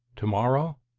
tomorrow?